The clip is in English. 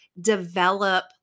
develop